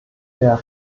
der